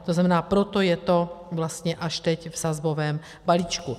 To znamená, proto je to vlastně až teď v sazbovém balíčku.